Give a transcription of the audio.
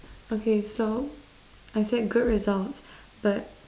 okay so I said good results but